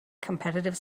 competitive